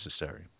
necessary